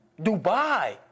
Dubai